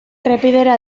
errepidera